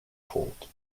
fooled